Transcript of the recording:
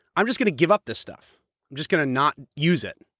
i'm just gonna give up this stuff. i'm just gonna not use it.